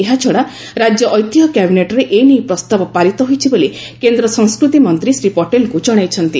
ଏହାଛଡା ରାକ୍ୟ ଐତିହ୍ୟ କ୍ୟାବିନେଟରେ ଏ ନେଇ ପ୍ରସ୍ତାବ ପାରିତ ହୋଇଛି ବୋଲି କେନ୍ଦ୍ ସଂସ୍କୃତି ମନ୍ତୀ ଶ୍ରୀ ପଟେଲଙ୍କ ଜଣାଇଛନ୍ତି